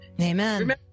Amen